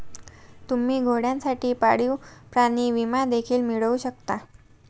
तुम्ही घोड्यांसाठी पाळीव प्राणी विमा देखील मिळवू शकता